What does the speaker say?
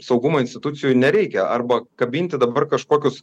saugumo institucijų nereikia arba kabinti dabar kažkokius